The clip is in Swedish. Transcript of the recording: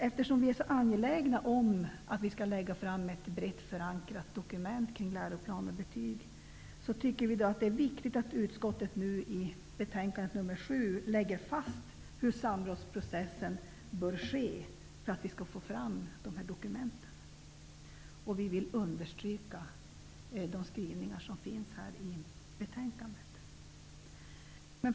Eftersom vi är så angelägna om att vi skall lägga fram ett brett förankrat dokument kring läroplan och betyg, tycker vi att det är viktigt att utskottet i betänkande nr 7 lägger fast hur samrådsprocessen bör ske för att vi skall få fram dessa dokument. Vi vill understryka de skrivningar som finns i betänkandet.